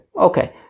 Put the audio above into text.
Okay